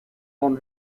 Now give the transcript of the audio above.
grande